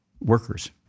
workers